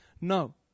No